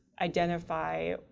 identify